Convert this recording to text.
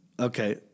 Okay